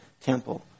temple